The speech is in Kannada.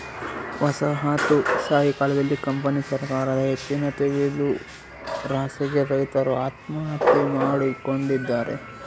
ವಸಾಹತುಶಾಹಿ ಕಾಲದಲ್ಲಿ ಕಂಪನಿ ಸರಕಾರದ ಹೆಚ್ಚಿನ ತೆರಿಗೆದುರಾಸೆಗೆ ರೈತರು ಆತ್ಮಹತ್ಯೆ ಮಾಡಿಕೊಂಡಿದ್ದಾರೆ